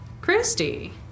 Christy